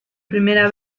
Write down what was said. primera